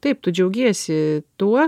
taip tu džiaugiesi tuo